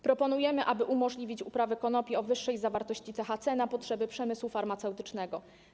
Proponujemy, aby umożliwić uprawę konopi o wyższej zawartości THC na potrzeby przemysłu farmaceutycznego.